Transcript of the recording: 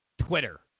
Twitter